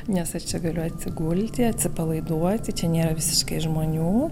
nes aš čia galiu atsigulti atsipalaiduoti čia nėra visiškai žmonių